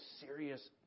serious